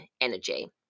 energy